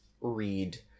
read